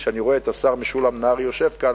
כשאני רואה את השר משולם נהרי יושב כאן,